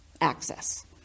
access